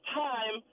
time